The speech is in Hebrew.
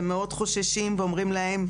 מאוד חוששים ואומרים להם,